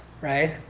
right